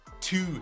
two